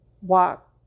walk